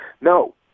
No